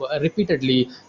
repeatedly